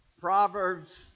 Proverbs